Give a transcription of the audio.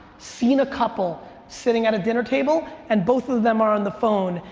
seen a couple sitting at a dinner table, and both of them are on the phone,